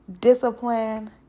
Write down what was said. discipline